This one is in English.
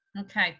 Okay